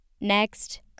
Next